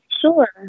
Sure